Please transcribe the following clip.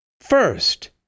First